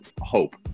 hope